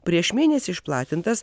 prieš mėnesį išplatintas